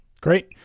great